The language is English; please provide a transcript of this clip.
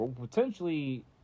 potentially